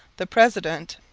the president,